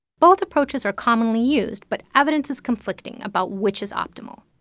both approaches are commonly used, but evidence is conflicting about which is optimal.